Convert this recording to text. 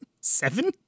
seven